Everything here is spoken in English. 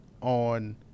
on